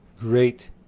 great